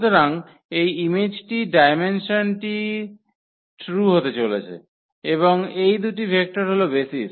সুতরাং এই ইমেজটির ডায়মেনসনটি ট্রু হতে চলেছে এবং এই দুটি ভেক্টর হল বেসিস